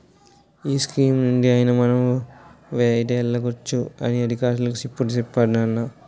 ఏ స్కీమునుండి అయినా మనం వైదొలగవచ్చు అని అధికారులు ఇప్పుడే చెప్పేరు నాన్నా